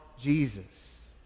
Jesus